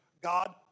God